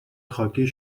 خاکی